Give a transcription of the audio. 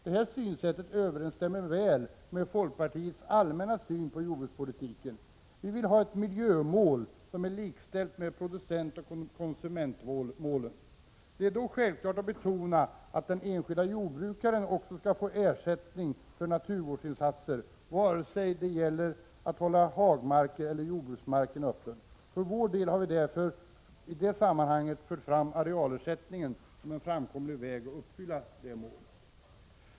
Detta synsätt överensstämmer väl med folkpartiets allmänna syn på jordbrukspolitiken. Vi vill ha ett miljömål som är likställt med producentoch konsumentmålen. Det är då självklart att betona att den enskilde jordbrukaren också skall kunna få ersättning för naturvårdsinsatser, vare sig det gäller att hålla hagmark eller jordbruksmark öppen. För vår del har vi därför i det sammanhanget fört fram arealersättningen som en framkomlig väg för att uppfylla det målet.